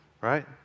right